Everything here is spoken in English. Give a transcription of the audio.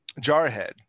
Jarhead